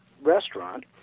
restaurant